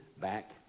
back